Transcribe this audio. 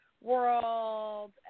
world –